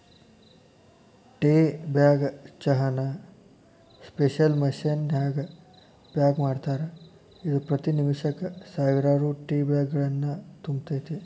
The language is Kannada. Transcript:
ಟೇ ಬ್ಯಾಗ್ ಚಹಾನ ಸ್ಪೆಷಲ್ ಮಷೇನ್ ನ್ಯಾಗ ಪ್ಯಾಕ್ ಮಾಡ್ತಾರ, ಇದು ಪ್ರತಿ ನಿಮಿಷಕ್ಕ ಸಾವಿರಾರು ಟೇಬ್ಯಾಗ್ಗಳನ್ನು ತುಂಬತೇತಿ